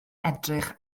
edrych